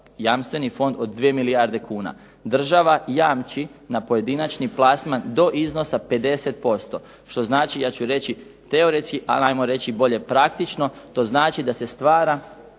jamstveni fond od dvije milijarde kuna. Država jamči na pojedinačni plasman do iznosa 50% što znači ja ću reći teoretski, ali hajmo reći bolje praktično, to znači da se stvara